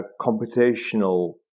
computational